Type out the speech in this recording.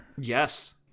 Yes